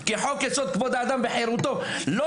חוק כבוד האדם וחירותו לא נוגע לנו.